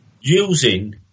using